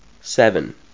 Seven